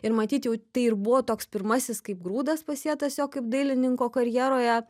ir matyt jau tai ir buvo toks pirmasis kaip grūdas pasėtas jo kaip dailininko karjeroje